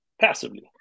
Passively